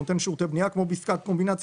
הוא נותן שירותי בנייה כמו בעסקת קומבינציה,